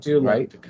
right